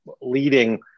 leading